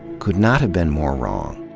could not have been more wrong.